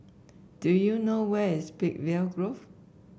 do you know where is Peakville Grove